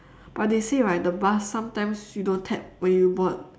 but they say right the bus sometimes you don't tap when you board